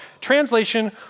Translation